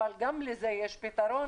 אבל גם לזה יש פתרון.